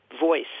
voice